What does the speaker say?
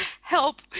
help